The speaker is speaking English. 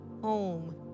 home